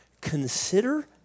consider